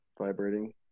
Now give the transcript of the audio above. vibrating